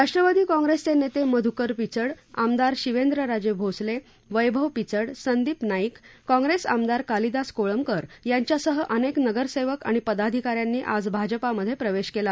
राष्ट्रवादी काँग्रेसचे नेते मध्यकर पिचड आमदार शिवेंद्रराजे भोसले वैभव पिचड संदिप नाईक काँग्रेस आमदार कालिदास कोळंबकर यांच्यासह अनेक नगरसेवक पदाधिकाऱ्यांनी आज भाजपामधे प्रवेश केला